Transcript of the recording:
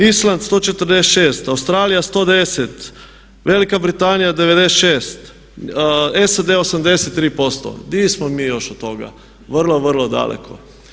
Island 146, Australija 110, Velika Britanija 96, SAD 83%, di smo mi još od toga, vrlo, vrlo daleko.